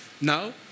now